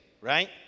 right